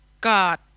God